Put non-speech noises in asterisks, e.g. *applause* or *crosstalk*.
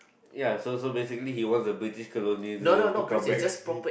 ya so so basically he wants the British colony they have to come back *laughs*